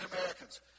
Americans